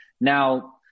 Now